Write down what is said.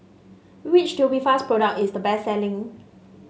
which Tubifast product is the best selling